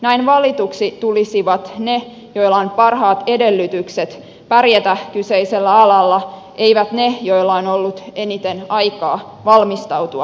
näin valituksi tulisivat ne joilla on parhaat edellytykset pärjätä kyseisellä alalla eivät ne joilla on ollut eniten aikaa valmistautua pääsykokeisiin